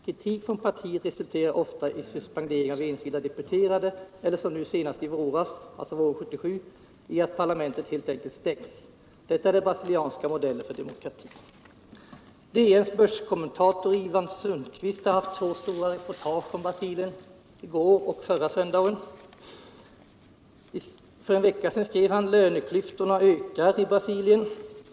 Kritik från partiet resulterar ofta i suspendering av enskilda deputerade eller, som senast våren 1977, i att parlamentet helt enkelt stängs. Detta är den brasilianska modellen för demokrati. DN:s börskommentator, Sven-Ivan Sundqvist, har haft två stora reportage om Brasilien, i går och förra söndagen. För en vecka sedan skrev han: ”Löneklyftorna ökar i Brasilien”.